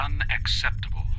unacceptable